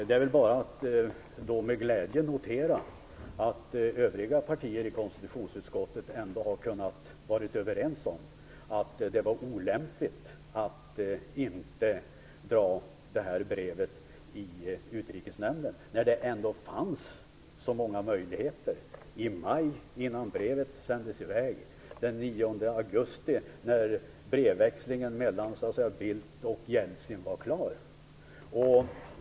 Det är väl bara att med glädje notera att övriga partier i konstitutionsutskottet ändå har varit överens om att det var olämpligt att inte dra detta brev i Utrikesnämnden. Det fanns ändå så många möjligheter: i maj, innan brevet sändes i väg, eller den 9 augusti när brevväxlingen mellan Bildt och Jeltsin var klar.